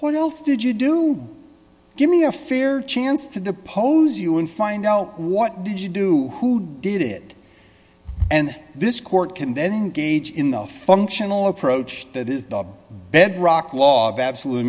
what else did you do give me a fair chance to depose you and find out what did you do who did it and this court can then gauge in the functional approach that is the bedrock law of absolute